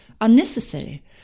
unnecessary